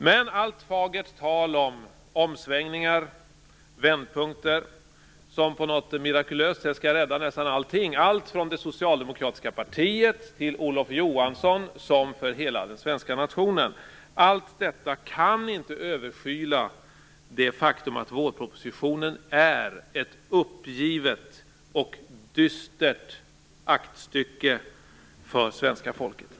Men allt fagert tal om omsvängningar och vändpunkter som på något mirakulöst sätt skall rädda nästan allt, från det socialdemokratiska partiet via Olof Johansson till hela den svenska nationen, kan inte överskyla det faktum att vårpropositionen är ett uppgivet och dystert aktstycke för svenska folket.